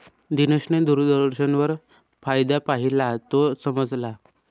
दिनेशने दूरदर्शनवर फायदा पाहिला, तो समजला